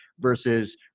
Versus